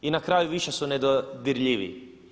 I na kraju više su nedodirljiviji.